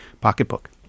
pocketbook